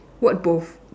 what both